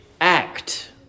act